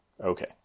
Okay